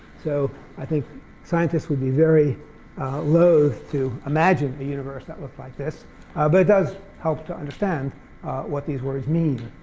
so i think scientists would be very loathed to imagine the universe that look like this, but it does help to understand what these words mean.